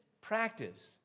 practice